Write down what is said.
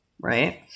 right